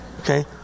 okay